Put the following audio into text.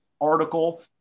article